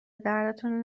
دردتون